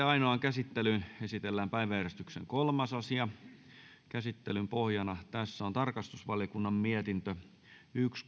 ainoaan käsittelyyn esitellään päiväjärjestyksen kolmas asia käsittelyn pohjana on tarkastusvaliokunnan mietintö yksi